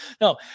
no